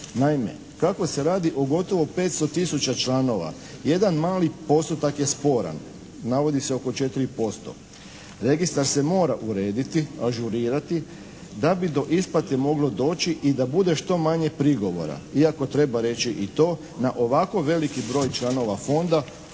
Naime, kako se radi o gotovo 500 tisuća članova jedan mali postotak je sporan, navodi se oko 4%. Registar se mora urediti, ažurirati da bi do isplate moglo doći i da bude što manje prigovora, iako treba reći i to na ovako veliki broj članova Fonda